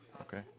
Okay